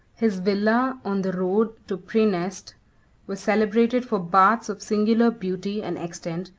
his villa on the road to praeneste was celebrated for baths of singular beauty and extent,